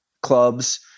clubs